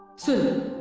to